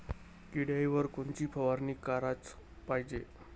किड्याइवर कोनची फवारनी कराच पायजे?